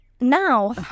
now